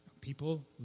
people